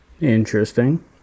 Interesting